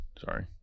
Sorry